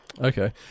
Okay